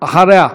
מוותר.